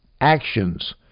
actions